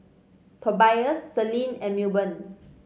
Tobias Selene and Milburn